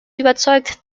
überzeugt